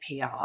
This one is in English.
PR